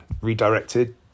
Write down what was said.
redirected